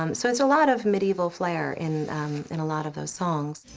um so it's a lot of medieval flare in in a lot of those songs.